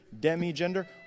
demigender